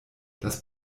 das